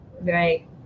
Right